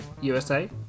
USA